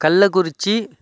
Kallakurichi